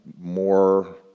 more